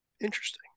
Interesting